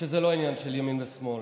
שזה לא העניין של ימין ושמאל,